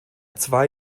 zwei